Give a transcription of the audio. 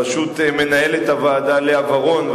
בראשות מנהלת הוועדה לאה ורון,